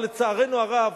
אבל לצערנו הרב,